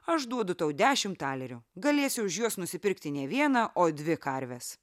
aš duodu tau dešimtalerių galėsi už juos nusipirkti ne vieną o dvi karves